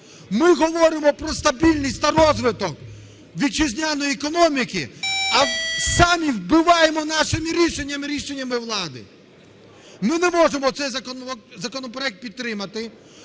Ми говоримо про стабільність та розвиток вітчизняної економіки, а самі вбиваємо нашим рішенням, рішеннями влади. Ми не можемо цей законопроект підтримати,